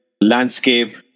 landscape